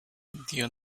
dio